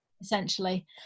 Essentially